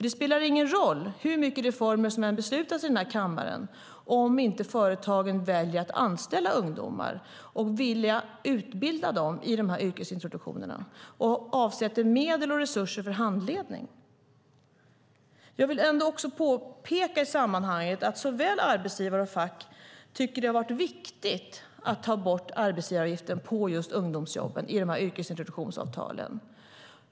Det spelar ingen roll hur mycket reformer som än beslutas i kammaren om inte företagen väljer att anställa ungdomar, väljer att utbilda dem i yrkesintroduktionerna och avsätter medel och resurser för handledning. Jag vill påpeka i sammanhanget att såväl arbetsgivare som fack tycker att det har varit viktigt att ta bort arbetsgivaravgiften på just ungdomsjobben i yrkesintroduktionsavtalen.